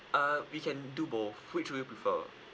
uh we can do both which would you prefer